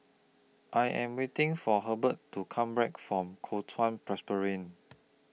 I Am waiting For Herbert to Come Back from Kuo Chuan Presbyterian